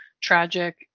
tragic